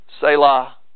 Selah